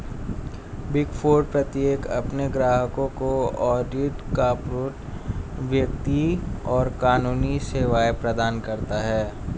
big Four प्रत्येक अपने ग्राहकों को ऑडिट, कॉर्पोरेट वित्त और कानूनी सेवाएं प्रदान करता है